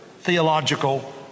theological